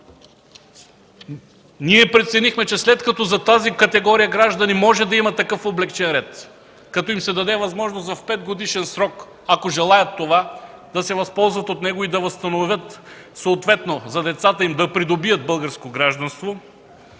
Ние преценихме, че след като за тази категория граждани може да има такъв облекчен ред, като им се даде възможност в 5-годишен срок, ако желаят, да се възползват от него и да го възстановят, съответно децата им да при добият българско гражданство,